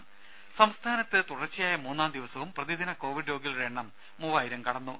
രമേ സംസ്ഥാനത്ത് തുടർച്ചയായ മൂന്നാം ദിവസവും പ്രതിദിന കോവിഡ് രോഗികളുടെ എണ്ണം മൂവായിരം കടന്നു